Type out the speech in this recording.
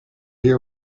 here